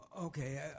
Okay